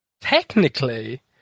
Technically